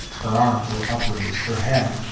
her arms were upraised her head,